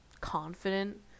confident